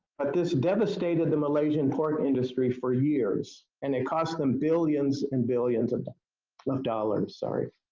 but this devastated the malaysian pork industry for years and it cost them billions and billions and and of dollars.